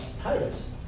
Titus